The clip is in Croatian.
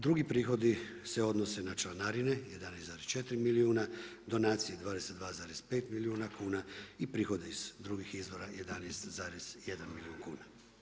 Drugi prihodi se odnose na članarine 11,4 milijuna, donacije 22,5 milijuna kuna i prihode iz drugih izvora 11,1 milijun kuna.